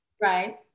Right